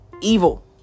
evil